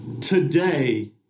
Today